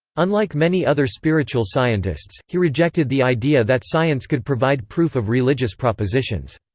unlike many other spiritual scientists, he rejected the idea that science could provide proof of religious propositions.